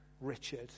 Richard